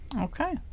Okay